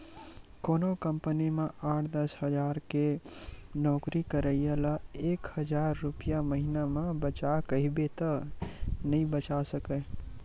कोनो कंपनी म आठ, दस हजार के नउकरी करइया ल एक हजार रूपिया महिना म बचा कहिबे त नइ बचा सकय